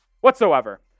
whatsoever